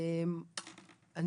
אני